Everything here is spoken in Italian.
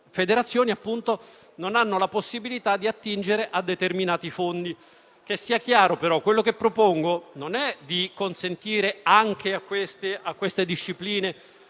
qualifica, non hanno la possibilità di attingere a determinati fondi. Sia chiaro, però, che ciò che propongo non è di consentire anche a queste discipline